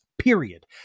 period